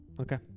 Okay